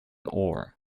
ore